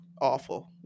awful